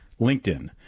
LinkedIn